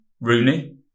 Rooney